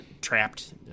trapped